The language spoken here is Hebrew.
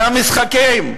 אלה המשחקים.